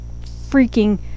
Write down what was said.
freaking